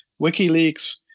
WikiLeaks